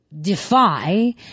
defy